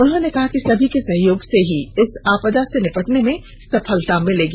उन्होंने कहा कि सभी के सहयोग से ही इस आपदा से निपटने में सफलता मिलेगी